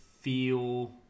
feel